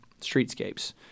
streetscapes